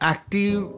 Active